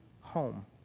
home